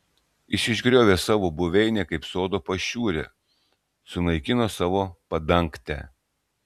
jis išgriovė savo buveinę kaip sodo pašiūrę sunaikino savo padangtę